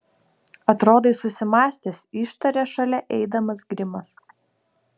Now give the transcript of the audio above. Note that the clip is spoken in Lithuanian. atrodai susimąstęs ištarė šalia eidamas grimas